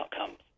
outcomes